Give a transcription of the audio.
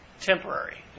Temporary